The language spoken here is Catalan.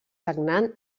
sagnant